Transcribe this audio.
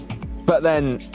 but then,